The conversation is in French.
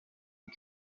des